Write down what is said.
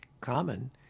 common